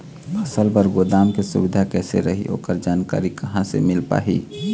फसल बर गोदाम के सुविधा कैसे रही ओकर जानकारी कहा से मिल पाही?